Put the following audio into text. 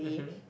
uh !huh!